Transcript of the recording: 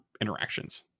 interactions